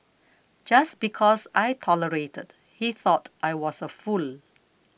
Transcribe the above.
just because I tolerated he thought I was a fool